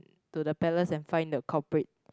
to the palace and find the culprit